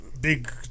Big